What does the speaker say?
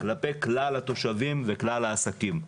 כלפי כלל התושבים וכלל העסקים.